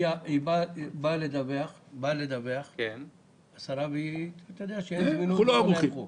השר יבוא לדווח ומתברר שאין זמינות ואין היערכות.